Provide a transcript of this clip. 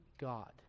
God